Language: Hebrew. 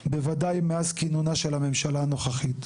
בוודאי מאז כינונה של הממשלה הנוכחית,